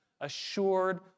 assured